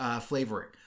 flavoring